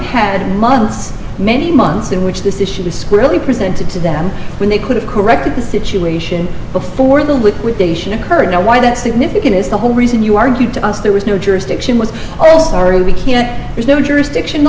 had months many months in which this issue squarely presented to them when they could have corrected the situation before the liquidation occurred now why that's significant is the whole reason you argued to us there was no jurisdiction was already we can't there's no jurisdiction